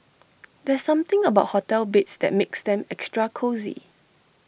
there's something about hotel beds that makes them extra cosy